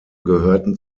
gehörten